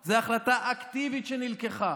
זאת החלטה אקטיבית שנלקחה.